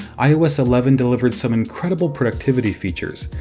ios eleven delivered some incredible productivity features,